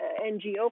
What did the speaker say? NGO